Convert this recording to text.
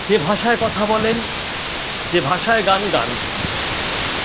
যে ভাষায় কথা বলেন যে ভাষায় গান গান